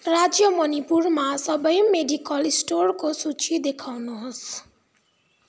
राज्य मणिपुरमा सबै मेडिकल स्टोरको सूची देखाउनुहोस्